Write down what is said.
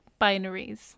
binaries